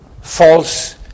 false